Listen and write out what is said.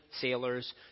sailors